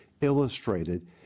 illustrated